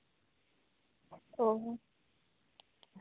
ᱚ